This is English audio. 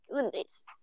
goodness